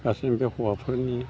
गासिबो बे हौवाफोरनि